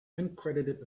uncredited